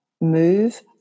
move